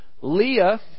Leah